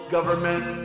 Government